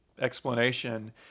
explanation